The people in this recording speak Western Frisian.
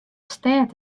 stêd